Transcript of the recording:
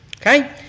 okay